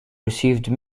received